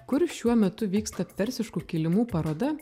kur šiuo metu vyksta persiškų kilimų paroda